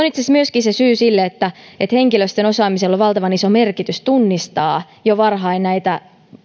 itse asiassa juuri myöskin se syy siihen että päiväkotien henkilöstön osaamisella on valtavan iso merkitys tunnistaa jo varhain näitä